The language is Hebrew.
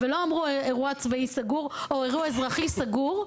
ולא אמרו אירוע צבאי סגור או אירוע אזרחי סגור,